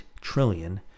trillion